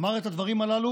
אמר את הדברים הללו,